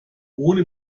ohne